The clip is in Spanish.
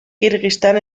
kirguistán